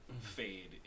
fade